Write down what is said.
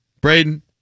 Braden